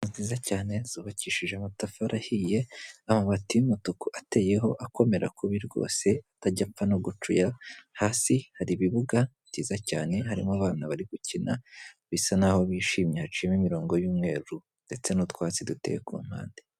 Inzu nziza cyane zubakishije amatafari ahiye, amabati, y'umutuku ateyeho akomera kubi rwose atajya apfa no gucuya hasi hari ibibuga byiza cyane, harimo abantu bari gukina bisa naho bishimye, haciyemo imirongo y'umweru ndetse n'utwatsi duteye ku mpande.